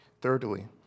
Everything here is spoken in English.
Thirdly